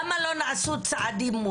למה לא נעשו צעדים?